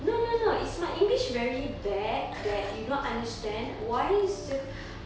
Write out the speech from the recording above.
no no no is my english very bad that you don't understand why is the